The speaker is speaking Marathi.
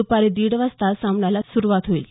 द्पारी दीड वाजता सामन्याला सुरुवात होईल